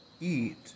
eat